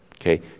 okay